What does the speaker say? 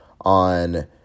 on